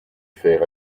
faire